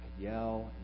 yell